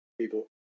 people